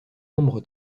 membre